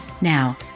Now